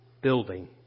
building